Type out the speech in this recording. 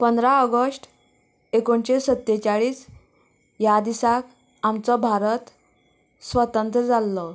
पंदरा ऑगस्ट एकोणशे सत्तेचाळीस ह्या दिसाक आमचो भारत स्वतंत्र जाल्लो